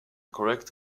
correct